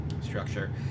structure